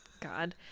God